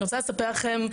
אני רוצה לספר לכם,